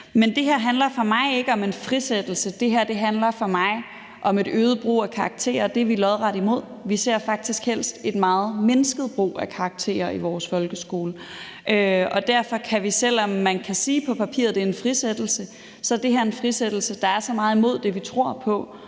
men det her handler for mig ikke om en frisættelse, men det handler for mig om et øget brug af karakterer, og det er vi lodret imod. Vi ser faktisk helst en meget mindsket brug af karakterer i vores folkeskole, og derfor kan vi, selv om man på papiret kan sige, at det her er en frisættelse, sige, at det er en frisættelse, der er så meget imod det, vi tror på,